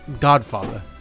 Godfather